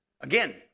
Again